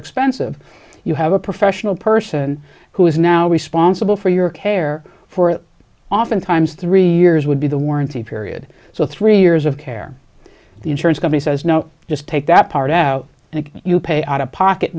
expensive you have a professional person who is now responsible for your care for it oftentimes three years would be the warranty period so three years of care the insurance company says no you just take that part out and you pay out of pocket